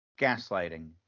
Gaslighting